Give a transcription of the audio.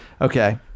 okay